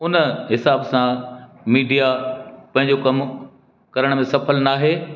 उन हिसाब सां मीडिया पंहिंजो कमु करण में सफ़ल न आहे